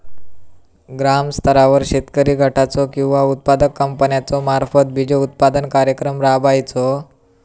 ग्रामस्तरावर शेतकरी गटाचो किंवा उत्पादक कंपन्याचो मार्फत बिजोत्पादन कार्यक्रम राबायचो?